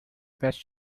best